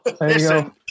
Listen